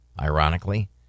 ironically